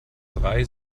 drei